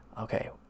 Okay